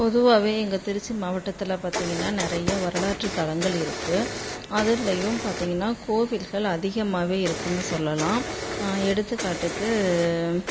பொதுவாகவே எங்கள் திருச்சி மாவட்டத்தில் பார்த்திங்கன்னா நிறைய வரலாற்று தலங்கள் இருக்கு அதுலையும் பார்த்திங்கன்னா கோவில்கள் அதிகமாகவே இருக்குன்னு சொல்லலாம் எடுத்துக்காட்டுக்கு